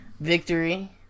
Victory